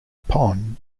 upon